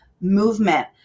movement